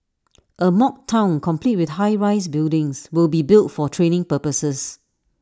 A mock Town complete with high rise buildings will be built for training purposes